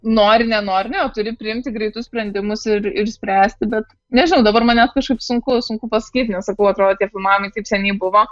nori nenori ne o turi priimti greitus sprendimus ir ir spręsti bet nežinau dabar man net kažkaip sunku sunku pasakyti nes sakau atrodo tie filmavimai taip seniai buvo